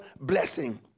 blessing